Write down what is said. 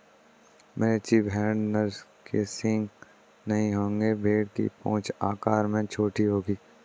मेचेरी भेड़ नर के सींग नहीं होंगे भेड़ की पूंछ आकार में छोटी होती है